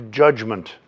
judgment